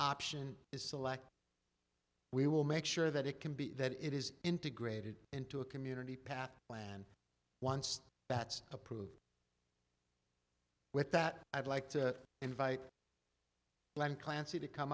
option is selected we will make sure that it can be that it is integrated into a community path plan once that's approved with that i'd like to invite clancy to come